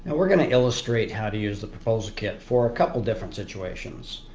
but we're going to illustrate how to use the proposal kit for a couple different situations.